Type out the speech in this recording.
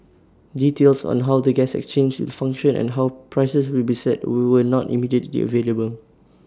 details on how the gas exchange will function and how prices will be set we were not immediately the available